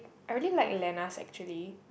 I really like Lena's actually